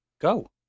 Go